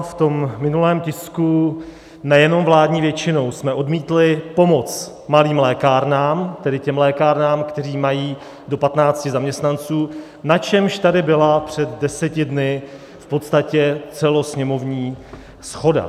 V tom minulém tisku nejenom vládní většinou jsme odmítli pomoc malým lékárnám, tedy těm lékárnám, které mají do 15 zaměstnanců, na čemž tady byla před deseti dny v podstatě celosněmovní shoda.